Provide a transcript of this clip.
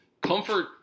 comfort